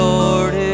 Lord